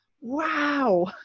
wow